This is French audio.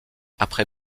après